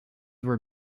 were